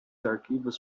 arquivos